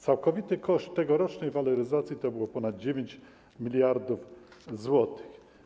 Całkowity koszt tegorocznej waloryzacji to było ponad 9 mld zł.